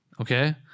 Okay